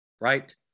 right